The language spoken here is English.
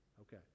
Okay